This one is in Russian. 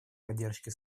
поддержки